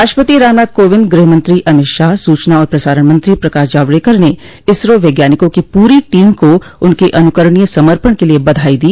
राष्ट्रपति रामनाथ कोविंद गृहमंत्री अमित शाह सूचना और प्रसारण मंत्री प्रकाश जावड़ेकर ने इसरो वैज्ञानिकों की पूरी टीम को उनके अनुकरणीय समर्पण के लिए बधाई दी